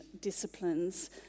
disciplines